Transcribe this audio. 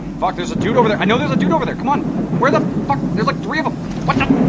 fuck there's a dude over there. i know there's a dude over there. come on where the fuck there's like three of them what's up,